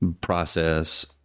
process